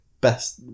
Best